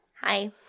Hi